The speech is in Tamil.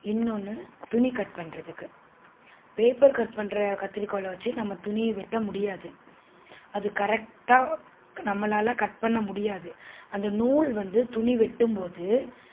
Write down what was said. இன்னொன்று துணி கட் பண்ணுறதுக்கு பேப்பர் கட் பண்ணுற கத்திரிக்கோலை வச்சு நம்ம துணி வெட்ட முடியாது அது கரெக்டாக நம்மளால் கட் பண்ண முடியாது அந்த நூல் வந்து துணி வெட்டும்போது